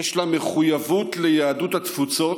יש לה מחויבות ליהדות התפוצות,